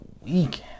weekend